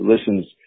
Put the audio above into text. listens